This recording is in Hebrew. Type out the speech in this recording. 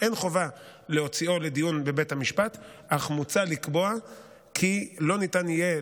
חובה להוציאו לדיון בבית המשפט אך מוצע לקבוע כי לא ניתן יהיה